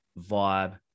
vibe